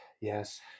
Yes